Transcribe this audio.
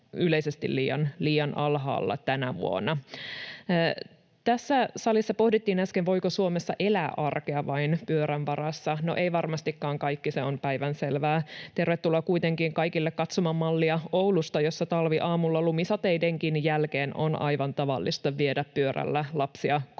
yleisesti liian alhaalla tänä vuonna. Tässä salissa pohdittiin äsken, voiko Suomessa elää arkea vain pyörän varassa. No, eivät varmastikaan kaikki, se on päivänselvää. Tervetuloa kuitenkin kaikille katsomaan mallia Oulusta, jossa talviaamuna lumisateidenkin jälkeen on aivan tavallista viedä pyörällä lapsia kouluun.